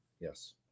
yes